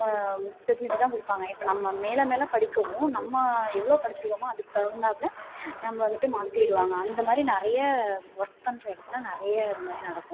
specialities தான் கொடுப்பாங்க இப்போ நம்ம மேலே மேலே படிக்கவும் நம்ம எவ்வளோ படித்திருக்கோமோ அதுக்கு தகுந்தாப்பில நம்மள வந்துட்டு மாற்றிடுவாங்க அந்த மாதிரி நிறைய ஒர்க் பண்ணுற இடத்தில் நிறைய இது மாதிரி நடக்கும்